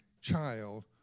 child